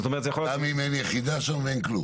גם אם אין יחידה שם ואין כלום?